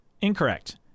incorrect